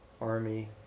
army